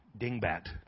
dingbat